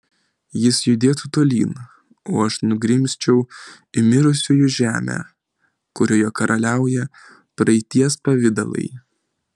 jis judėtų tolyn o aš nugrimzčiau į mirusiųjų žemę kurioje karaliauja praeities pavidalai